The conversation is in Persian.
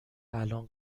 الآن